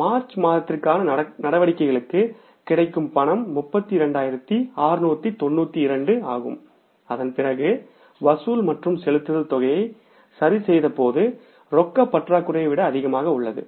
March மாதத்திற்கான நடவடிக்கைகளுக்குக் கிடைக்கும் ரொக்கம் 32692 ஆகும் அதன்பிறகு வசூல் மற்றும் செலுத்துதல் தொகையை சரிசெய்தபோது ரொக்க பற்றாக்குறையை விட அதிகமாக உள்ளது